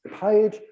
page